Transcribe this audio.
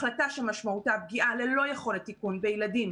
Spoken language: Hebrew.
החלטה שמשמעותה פגיעה ללא יכולת תיקון בילדים,